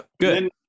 good